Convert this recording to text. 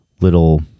little